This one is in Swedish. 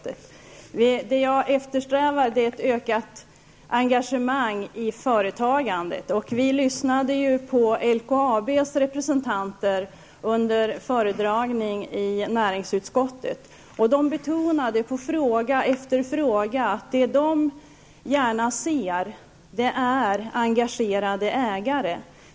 Det jag eftersträvar är ett ökat engagemang i företagandet. Vi lyssande till LKABs representanter under en föredragning i näringsutskottet. De betonade på fråga efter fråga, att vad de gärna ser är engagerade ägare.